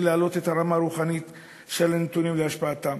להעלות את הרמה הרוחנית של הנתונים להשפעתם.